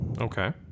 Okay